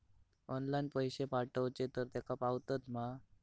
Online पैसे पाठवचे तर तेका पावतत मा?